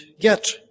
get